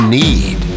need